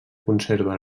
conserva